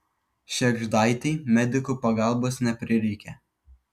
šėgždaitei medikų pagalbos neprireikė